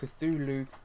Cthulhu